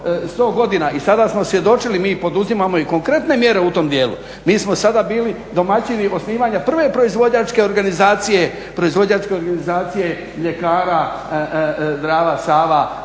i sada smo svjedočili. Mi poduzimamo i konkretne mjere u tom dijelu. Mi smo sada bili domaćini osnivanja prve proizvođačke organizacije mljekara Drava – Sava,